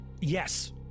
yes